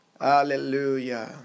Hallelujah